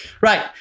Right